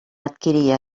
adquirir